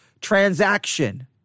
transaction